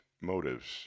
motives